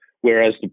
Whereas